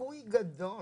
סיכוי גדול